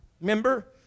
Remember